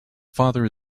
father